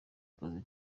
akazi